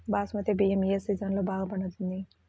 బాస్మతి బియ్యం ఏ సీజన్లో బాగా పండుతుంది?